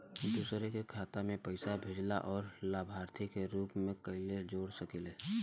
दूसरे के खाता में पइसा भेजेला और लभार्थी के रूप में कइसे जोड़ सकिले?